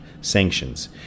sanctions